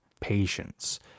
patience